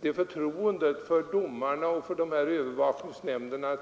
det förtroendet för domarna och övervakningsnämnderna.